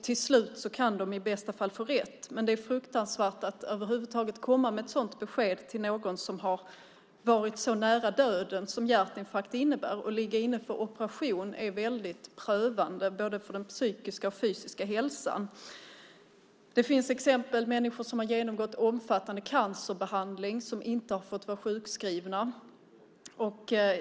Till slut kan de i bästa fall få rätt. Det är fruktansvärt att över huvud taget komma med ett sådant besked till någon som har varit så nära döden som en hjärtinfarkt innebär. Att ligga inne för operation är väldigt prövande för både den psykiska och fysiska hälsan. Det finns exempel på människor som genomgått omfattande cancerbehandling och inte har fått vara sjukskrivna.